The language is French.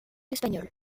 espagnole